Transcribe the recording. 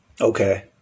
Okay